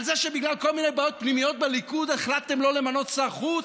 על זה שבגלל כל מיני בעיות פנימיות בליכוד החלטתם שלא למנות שר חוץ?